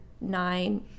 nine